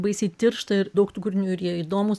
baisiai tiršta ir daug tų kūrinių ir jie įdomūs